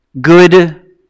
good